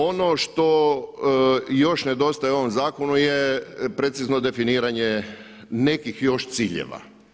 Ono što još nedostaje u ovom zakonu je precizno definiranje nekih još ciljeva.